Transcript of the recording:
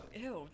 Ew